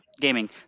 gaming